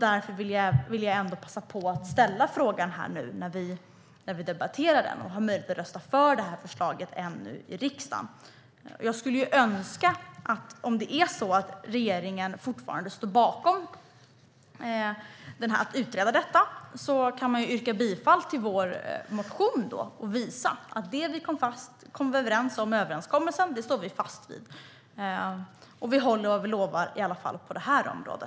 Därför vill jag passa på att ställa frågan här nu när vi debatterar den och ännu har möjlighet att rösta för förslaget i riksdagen. Om regeringen fortfarande står bakom att utreda detta kan man yrka bifall till vår motion och visa att vi står fast vid överenskommelsen och håller vad vi lovar i alla fall på detta område.